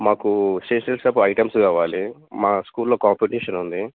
మాకు stationery shop items కావాలి మా స్కూల్లో కాంపిటీషన్ ఉంది